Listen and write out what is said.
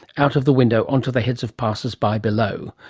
out of the window onto the heads of passers-by below.